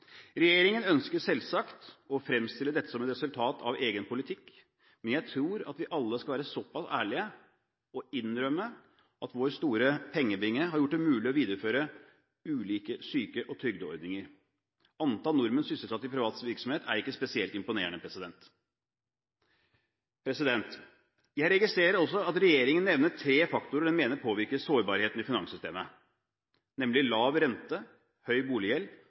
Regjeringen ønsker selvsagt å fremstille det som et resultat av egen politikk, men jeg tror at vi alle skal være såpass ærlige at vi innrømmer at vår store pengebinge har gjort det mulig å videreføre ulike syke- og trygdeordninger. Antall nordmenn sysselsatt i privat virksomhet er ikke spesielt imponerende. Jeg registrerer også at regjeringen nevner tre faktorer den mener påvirker sårbarheten i finanssystemet, nemlig lav rente, høy boliggjeld